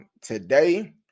today